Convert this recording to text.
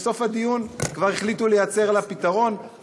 ובסוף הדיון כבר החליטו לייצר לה פתרון,